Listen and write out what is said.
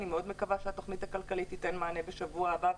אני מאוד מקווה שהתוכנית הכלכלית תיתן מענה בשבוע הבא,